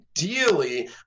Ideally